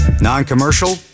Non-commercial